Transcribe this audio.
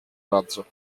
razzo